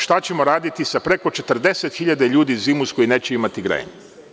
Šta ćemo raditi sa preko 40 hiljada ljudi zimus koji neće imati grejanje?